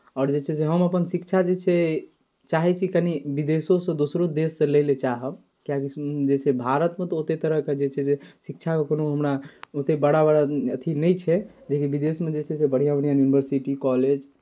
आओर जे छै से हम अपन शिक्षा जे छै चाहै छी कनि विदेशोसँ दोसरो देशसँ लै लेल चाहब किएकि जे छै भारतमे तऽ ओतेक तरहके जे छै से शिक्षाके कोनो हमरा ओतेक बड़ा बड़ा अथि नहि छै जे कि विदेशमे जे छै से बढ़िआँ बढ़िआँ युनिवर्सिटी कॉलेज